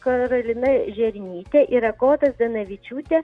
karolina žernytė ir agota zdanavičiūtė